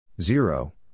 zero